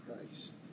Christ